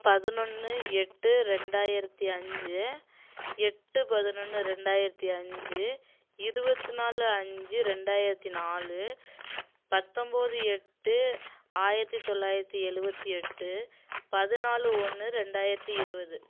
பதினொன்னு எட்டு ரெண்டாயிரத்து அஞ்சு எட்டு பதினொன்னு ரெண்டாயிரத்து அஞ்சு இருபத்து நாலு அஞ்சு ரெண்டாயித்து நாலு பத்தொம்போது எட்டு ஆயிரத்தி தொளாயித்து எழுபத்தி எட்டு பதினாலு ஒன்று ரெண்டாயிரத்து இருபது